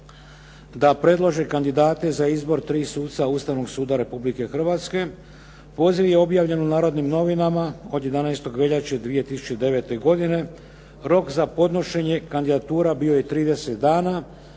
da predlože kandidate za izbor tri suca Ustavnog suda Republike hrvatske. Poziv je objavljen u "Narodnim novinama" od 11. veljače 2009. godine. Rok za podnošenje kandidatura bio je 30 dana